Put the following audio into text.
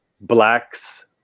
blacks